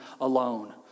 alone